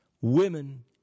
women